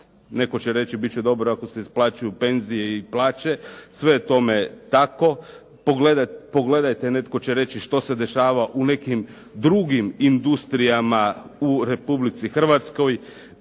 netko će reći bit će dobro ako se isplaćuju penzije i plaće. Sve je tome tako. Pogledajte, netko će reći, što se dešava u nekim drugim industrijama u Republici Hrvatskoj